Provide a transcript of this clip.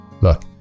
Look